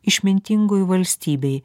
išmintingoj valstybėj